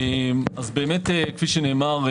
כפי שנאמר,